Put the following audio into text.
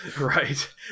right